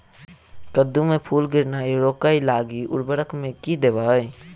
कद्दू मे फूल गिरनाय रोकय लागि उर्वरक मे की देबै?